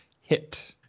hit